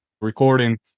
recording